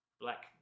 black